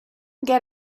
get